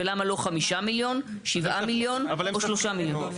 ולמה לא 5 מיליון, 7 מיליון או 3 מיליון?